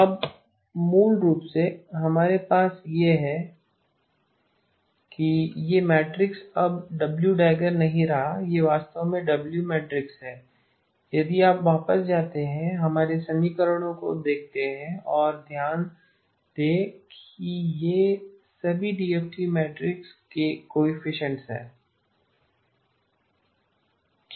अब मूल रूप से हमारे पास यह है कि यह मैट्रिक्स अब W† नहीं रहा यह वास्तव में W मैट्रिक्स है यदि आप वापस जाते हैं और हमारे समीकरणों को देखते हैं और ध्यान दें कि ये सभी डीएफटी मैट्रिक्स के कोएफ़िशिएंट्स coefficients हैं